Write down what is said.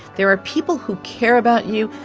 there are people who care about you.